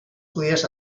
judías